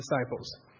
disciples